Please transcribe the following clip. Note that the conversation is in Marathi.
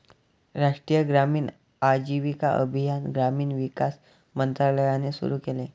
राष्ट्रीय ग्रामीण आजीविका अभियान ग्रामीण विकास मंत्रालयाने सुरू केले